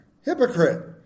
Hypocrite